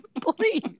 please